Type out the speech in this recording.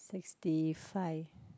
sixty five